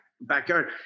backyard